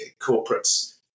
corporates